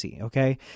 okay